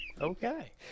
Okay